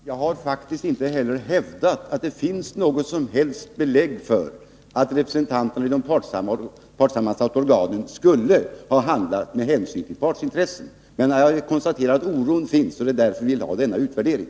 Herr talman! Jag har faktiskt inte heller hävdat att det finns något som helst belägg för att representanterna i de partssammansatta organen skulle ha handlat med hänsyn till partsintressen. Men jag har konstaterat att oron finns, och det är därför vi vill ha denna utvärdering.